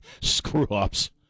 screw-ups